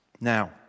Now